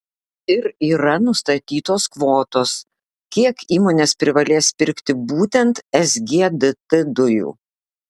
ir yra nustatytos kvotos kiek įmonės privalės pirkti būtent sgdt dujų